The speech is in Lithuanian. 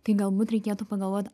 tai galbūt reikėtų pagalvot